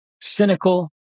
cynical